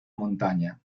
montaña